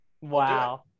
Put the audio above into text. Wow